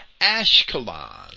Ashkelon